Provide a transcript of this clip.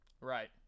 Right